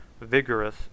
vigorous